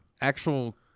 actual